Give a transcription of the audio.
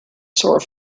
sore